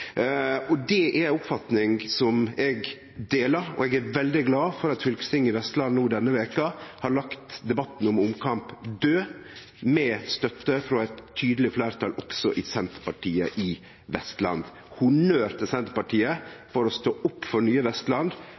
og næringsliv, lag og foreiningar. Det er ei oppfatning som eg deler, og eg er veldig glad for at fylkestinget i Vestland no denne veka har lagt debatten om omkamp død, med støtte frå eit tydeleg fleirtal også i Senterpartiet i Vestland. Så eg vil gje honnør til Senterpartiet for å stå opp for nye Vestland